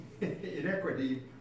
inequity